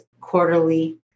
quarterly